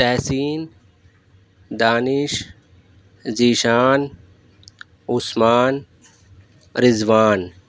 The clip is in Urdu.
تحسین دانش ذیشان عثمان رضوان